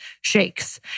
shakes